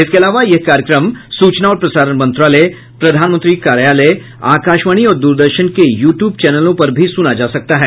इसके अलावा यह कार्यक्रम सूचना और प्रसारण मंत्रालय प्रधानमंत्री कार्यालय आकाशवाणी और द्रदर्शन के यू ट्यूब चैनलों पर भी सुना जा सकता है